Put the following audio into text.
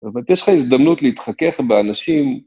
אבל יש לך הזדמנות להתחכך באנשים...